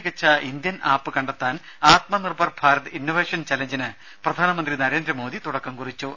രുമ ഏറ്റവും മികച്ച ഇന്ത്യൻ ആപ്പ് കണ്ടെത്താൻ ആത്മനിർഭർ ഭാരത് ഇന്നൊവേഷൻ ചലഞ്ചിന് പ്രധാനമന്ത്രി നരേന്ദ്രമോദി തുടക്കം കുറിച്ചു